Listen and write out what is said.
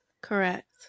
Correct